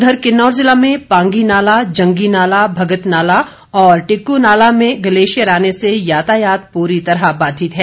उधर किन्नौर ज़िला में पांगी नाला जंगी नाला भगत नाला और टिक्कू नाला में ग्लेशियर आने से यातायात पूरी तरह बाधित है